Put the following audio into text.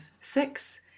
six